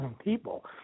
people